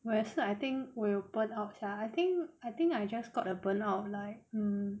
我也是 I think 我有 burn out sia I think I think I just got a burn out like um